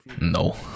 no